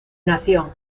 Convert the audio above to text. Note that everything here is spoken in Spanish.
nación